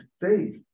faith